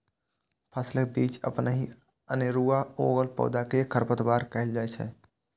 फसलक बीच अपनहि अनेरुआ उगल पौधा कें खरपतवार कहल जाइ छै